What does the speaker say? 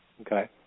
Okay